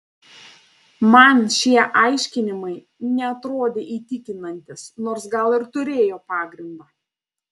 man šie aiškinimai neatrodė įtikinantys nors gal ir turėjo pagrindą